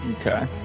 Okay